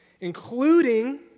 including